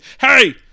hey